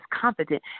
confident